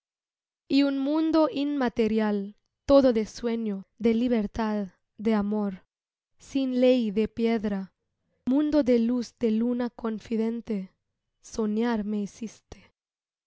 y un mundo inmaterial todo de sueño de libertad de amor sin ley de piedra mundo de luz de luna confidente soñar me hiciste